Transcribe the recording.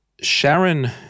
Sharon